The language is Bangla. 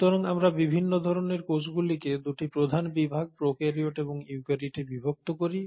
সুতরাং আমরা বিভিন্ন ধরণের কোষগুলিকে 2টি প্রধান বিভাগ প্রোকারিওট এবং ইউক্যারিওটে বিভক্ত করি